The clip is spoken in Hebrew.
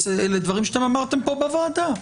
אלה דברים שאתם אמרתם פה בוועדה.